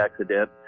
accident